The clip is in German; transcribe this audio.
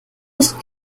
nicht